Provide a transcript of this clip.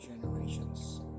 generations